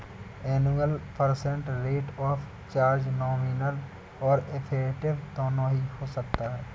annual percent rate of charge nominal और effective दोनों हो सकता है